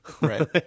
Right